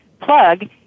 plug